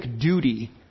duty